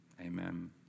Amen